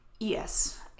Yes